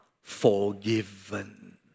forgiven